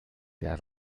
der